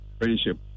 friendship